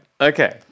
Okay